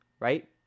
right